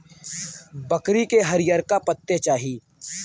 बकरी के हरिअरका पत्ते चाही